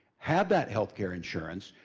had that healthcare insurance,